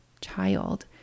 child